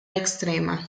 extrema